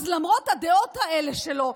למרות הדעות שלו,